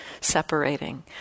separating